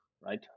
right